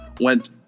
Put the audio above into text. went